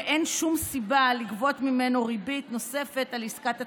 ואין שום סיבה לגבות ממנו ריבית נוספת על עסקת התשלומים.